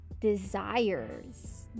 desires